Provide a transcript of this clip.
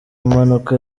mpanuka